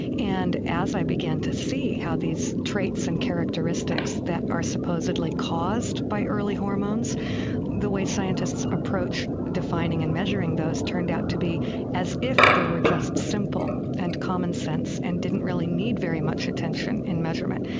and as i began to see how these traits and characteristics that are supposedly caused by early hormones the way scientists approach defining and measuring those turned out to be as if they were just simple and commonsense and didn't really need very much attention in measurement.